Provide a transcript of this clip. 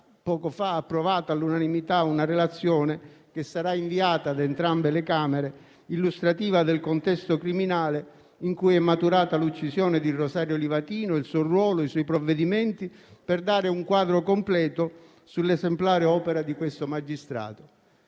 poco fa approvato all'unanimità una relazione, che sarà inviata a entrambe le Camere, illustrativa del contesto criminale in cui è maturata l'uccisione di Rosario Livatino, nonché del suo ruolo e dei suoi provvedimenti, per dare un quadro completo sull'esemplare opera di questo magistrato.